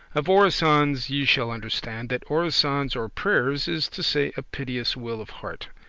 of orisons ye shall understand, that orisons or prayers is to say a piteous will of heart,